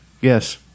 Yes